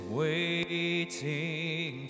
waiting